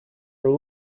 were